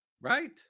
Right